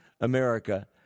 America